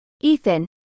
Ethan